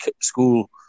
school